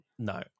No